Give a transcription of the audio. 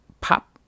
pop